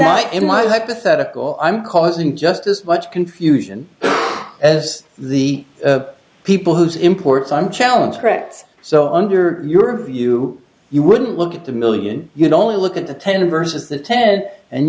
not in my hypothetical i'm causing just as much confusion as the people whose imports on challenge correct so under your view you wouldn't look at the million you'd only look at the ten versus the ted and